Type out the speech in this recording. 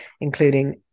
including